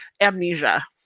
Amnesia